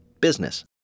business